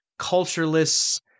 cultureless